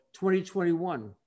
2021